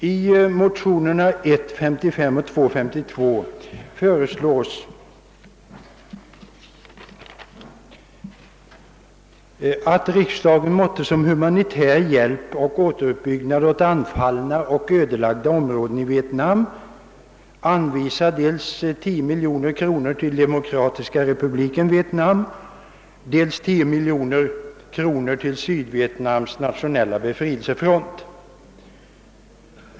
I de likalydande motionerna I:55 och II:52 har vi yrkat att riksdagen måtte som humanitär hjälp och återuppbyggnad åt anfallna och ödelagda områden i Vietnam anvisa dels 10 miljoner kronor till Demokratiska republiken Vietnam, dels 10 miljoner kronor till Sydvietnams nationella befrielsefront.